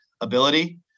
ability